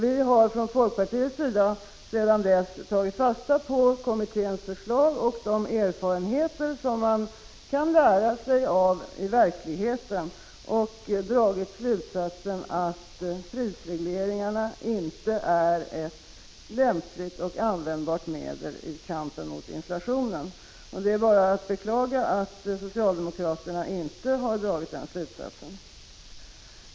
Vi har från folkpartiets sida sedan dess tagit fasta på kommitténs förslag och de erfarenheter som man kan göra av verkligheten och dragit slutsatsen att prisregleringarna inte är ett lämpligt och användbart medel i kampen mot inflationen. Det är bara att beklaga att socialdemokraterna inte har dragit den slutsatsen.